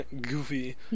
goofy